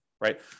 right